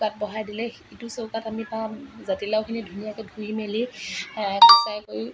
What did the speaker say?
ভাত বহাই দিলে ইটো চৌকাত আমি জাতিলাওখিনি ধুনীয়াকৈ ধুই মেলি গোচাই কৰি